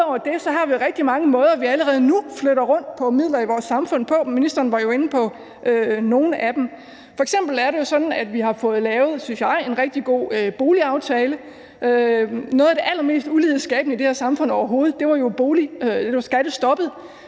har vi rigtig mange måder, vi allerede nu flytter rundt på midler i vores samfund på, og ministeren var jo inde på nogle af dem. F.eks. er det jo sådan, at vi har fået lavet, synes jeg, en rigtig god boligaftale. Noget af det allermest ulighedsskabende i det her samfund overhovedet var skattestoppet